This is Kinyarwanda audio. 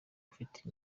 afite